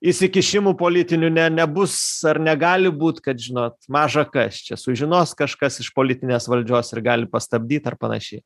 įsikišimų politinių ne nebus ar negali būt kad žinot maža kas čia sužinos kažkas iš politinės valdžios ir gali pastabdyt ir panašiai